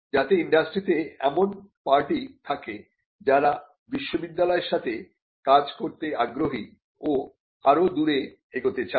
যাতে ইন্ডাস্ট্রিতে inতুমি কিdustry এমন পার্টি থাকে যারা বিশ্ববিদ্যালয়ের সাথে কাজ করতে আগ্রহী ও আরও দূরে এগোতে চায়